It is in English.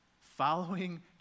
Following